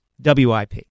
WIP